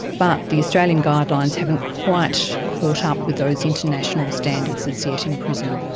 but the australian guidelines haven't quite caught up with those international standards as yet in prison.